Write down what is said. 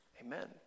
Amen